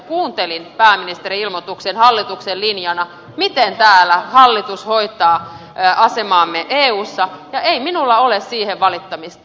kuuntelin pääministerin ilmoituksen hallituksen linjana miten täällä hallitus hoitaa asemaamme eussa ja ei minulla ole siihen valittamista